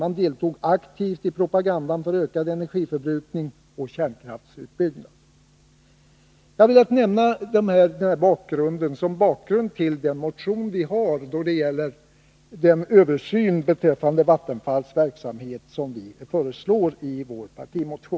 Man deltog aktivt i propagandan för ökad energiförbrukning och kärnkraftsutbyggnad. Jag har velat ge denna bakgrund till vår partimotion om en översyn av Vattenfalls verksamhet.